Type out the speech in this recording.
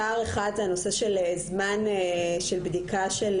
פער אחד זה הנושא של זמן בדיקה של